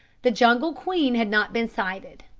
the jungle queen had not been sighted.